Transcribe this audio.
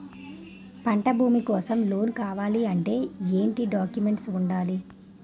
పంట భూమి కోసం లోన్ కావాలి అంటే ఏంటి డాక్యుమెంట్స్ ఉండాలి?